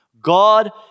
God